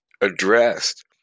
addressed